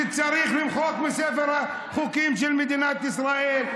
שצריך למחוק מספר החוקים של מדינת ישראל.